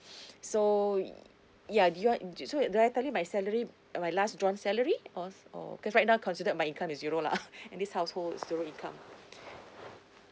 so ya do you want so did I tell you my salary uh my last drawn salary or or cause right now considered my income is zero lah in this household zero income